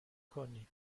کنی